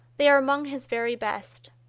they are among his very best.